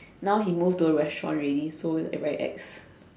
now he move to a restaurant already so like very ex